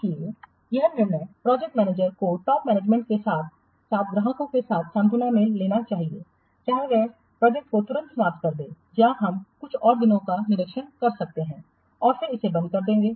इसलिए यह निर्णय प्रोजेक्ट मैनेजर को टॉप मैनेजमेंट के साथ साथ ग्राहकों के साथ सांत्वना में लेना है चाहे वह प्रोजेक्ट को तुरंत समाप्त कर दे या हम कुछ और दिनों का निरीक्षण कर सकते हैं और फिर इसे बंद कर देंगे